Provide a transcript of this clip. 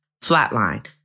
flatline